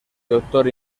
doctor